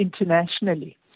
internationally